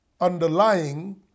underlying